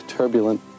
Turbulent